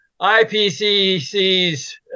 IPCC's